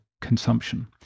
consumption